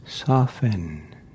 Soften